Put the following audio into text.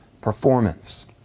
performance